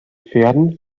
pferden